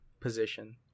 position